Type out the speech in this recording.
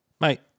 mate